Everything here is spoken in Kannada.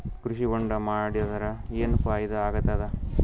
ಕೃಷಿ ಹೊಂಡಾ ಮಾಡದರ ಏನ್ ಫಾಯಿದಾ ಆಗತದ?